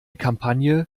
kampagne